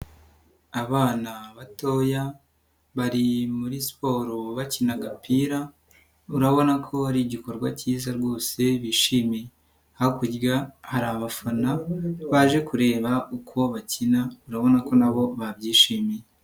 Abana batoya bari muri siporo bakina agapira urabona ko ari igikorwa cyiza rwose bishimiye, hakurya hari abafana baje kureba uko bakina urabona ko na bo babyishimiye.